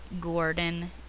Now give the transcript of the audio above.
Gordon